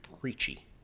preachy